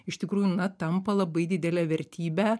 iš tikrųjų na tampa labai didele vertybe